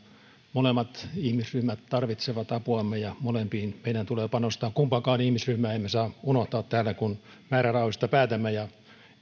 molemmat ihmisryhmät tarvitsevat apuamme ja molempiin meidän tulee panostaa kumpaakaan ihmisryhmää emme saa unohtaa täällä kun määrärahoista päätämme ja